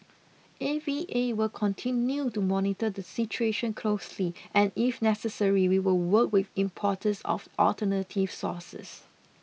A V A will continue to monitor the situation closely and if necessary we will work with importers of alternative sources